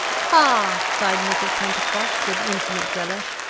ah! sighed mrs. pentecost, with infinite relish,